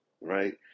right